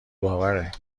باوره